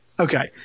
Okay